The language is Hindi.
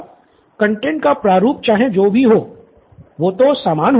स्टूडेंट सिद्धार्थ माफ करना मैं समझा नहीं